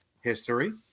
history